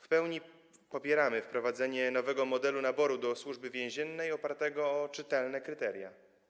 W pełni popieramy wprowadzenie nowego modelu naboru do Służby Więziennej opartego na czytelnych kryteriach.